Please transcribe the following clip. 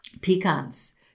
pecans